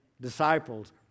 disciples